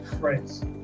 friends